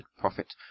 prophet